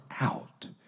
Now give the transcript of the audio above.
out